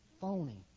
phony